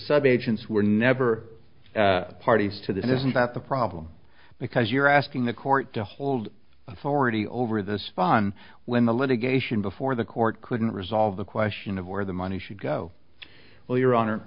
subagents were never parties to that isn't that the problem because you're asking the court to hold authority over this fun when the litigation before the court couldn't resolve the question of where the money should go well your honor